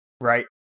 right